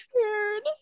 scared